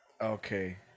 Okay